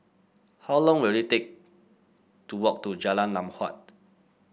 how long will it take to walk to Jalan Lam Huat